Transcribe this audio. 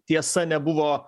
tiesa nebuvo